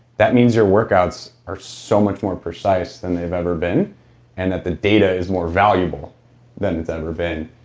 that means your workouts are so much more precise than they've ever been and that the data is more valuable than it's ever been.